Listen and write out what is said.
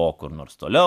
o kur nors toliau